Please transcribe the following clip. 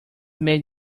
made